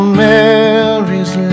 mary's